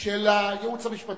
של הייעוץ המשפטי,